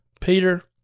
Peter